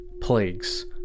plagues